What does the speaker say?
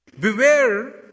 Beware